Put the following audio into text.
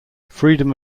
freedom